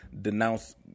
denounce